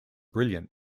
brilliant